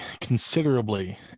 considerably